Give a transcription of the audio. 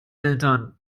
eltern